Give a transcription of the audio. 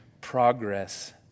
progress